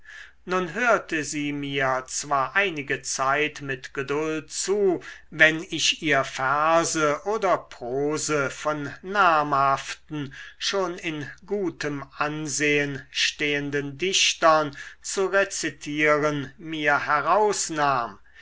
nun hörte sie mir zwar einige zeit mit geduld zu wenn ich ihr verse oder prose von namhaften schon in gutem ansehen stehenden dichtern zu rezitieren mir herausnahm